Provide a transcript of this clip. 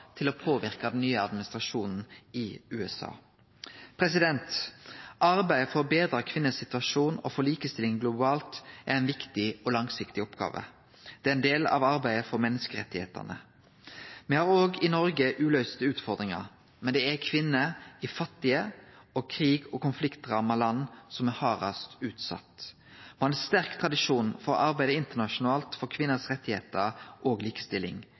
til å påverke den nye administrasjonen i USA. Arbeidet for å betre situasjonen for kvinner og for likestilling globalt er ei viktig og langsiktig oppgåve. Det er ein del av arbeidet for menneskerettane. Me har òg i Noreg uløyste utfordringar, men det er kvinner i fattige og krigs- og konfliktramma land som er hardast utsette. Me har ein sterk tradisjon for å arbeide internasjonalt for rettane til kvinner og for likestilling.